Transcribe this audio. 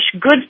good